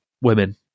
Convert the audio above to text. women